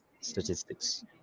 statistics